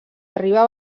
arriba